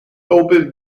open